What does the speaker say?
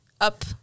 up